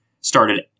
started